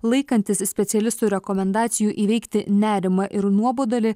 laikantis specialistų rekomendacijų įveikti nerimą ir nuobodulį